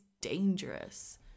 dangerous